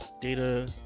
data